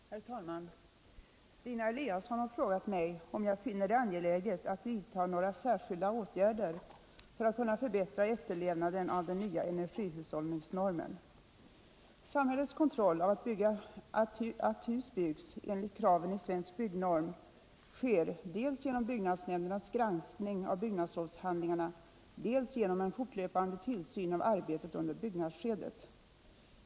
Herr talman! Stina Eliasson har frågat mig om jag finner det angeläget att vidta några särskilda åtgärder för att förbättra efterlevnaden av den nya energihushållningsnormen. Samhällets kontroll av att hus byggs enligt kraven i svensk byggnorm sker dels genom byggnadsnämndernas granskning av byggnadslovshandlingarna, dels genom en fortlöpande tillsyn av arbetet under byggnadsskedet.